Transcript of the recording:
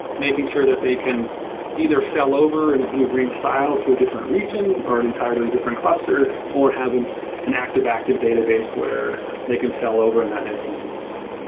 making sure that they can either failover in a blue-green style to a different region or an entirely different cluster, or have an active-active database where they can failover in that essence as well.